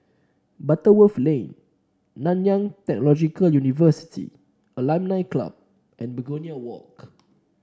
Butterworth Lane Nanyang Technological University Alumni Club and Begonia Walk